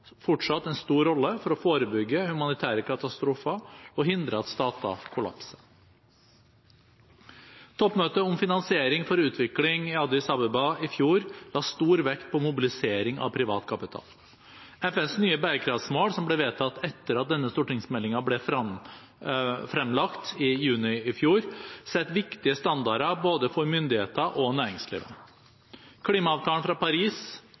fortsatt en stor rolle for å forebygge humanitære katastrofer og hindre at stater kollapser. Toppmøtet om finansiering for utvikling i Addis Abeba i fjor la stor vekt på mobilisering av privat kapital. FNs nye bærekraftmål, som ble vedtatt etter at denne stortingsmeldingen ble fremlagt i juni i fjor, setter viktige standarder både for myndigheter og for næringslivet. Klimaavtalen fra Paris